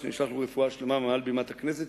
שנשלח לו רפואה שלמה מעל בימת הכנסת,